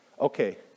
okay